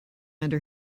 under